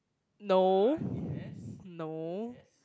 no no